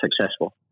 successful